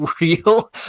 real